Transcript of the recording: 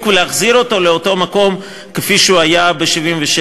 ולהחזיר אותו לאותו מקום שהוא היה בו ב-1977.